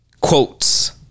Quotes